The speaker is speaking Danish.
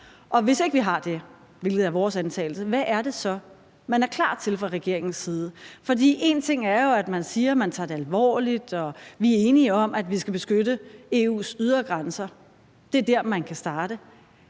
hvis ikke vi har det, hvilket er vores antagelse, hvad er det så, man er klar til fra regeringens side? For én ting er, at man siger, at man tager det alvorligt, og at vi enige om, at vi skal beskytte EU's ydre grænser – det er der, man kan starte